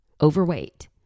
overweight